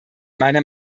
meiner